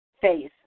phase